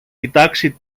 κοιτάξει